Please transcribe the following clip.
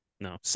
no